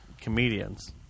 comedians